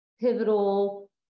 pivotal